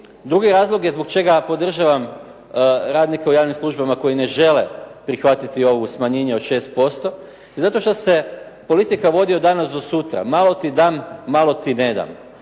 drugi razlog je zbog čega podržavam radnike u javnim službama koji ne žele prihvatiti ovo smanjenje od 6% i zato što se politika vodi od danas do sutra. Malo ti dam, malo ti nedam.